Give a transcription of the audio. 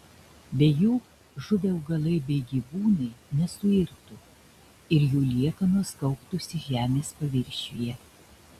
be jų žuvę augalai bei gyvūnai nesuirtų ir jų liekanos kauptųsi žemės paviršiuje